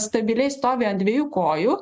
stabiliai stovi ant dviejų kojų